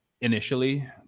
initially